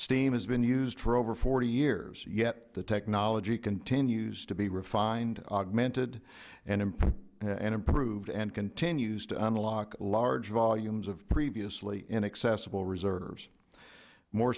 steam has been used for over forty years yet the technology continues to be refined augmented and improved and continues to unlock large volumes of previously inaccessible reserves more